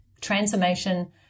transformation